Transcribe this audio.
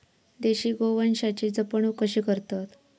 देशी गोवंशाची जपणूक कशी करतत?